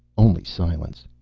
only silence.